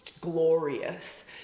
glorious